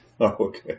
Okay